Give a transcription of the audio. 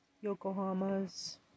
Yokohama's